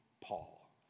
Paul